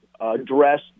address